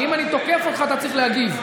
כי אם אני תוקף אותך, אתה צריך להגיב.